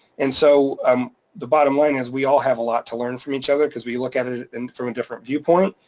and so um the bottom line is we all have a lot to learn from each other, cause we look at it and from a different viewpoint,